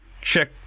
Check